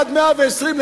עד מאה-ועשרים,